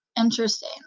interesting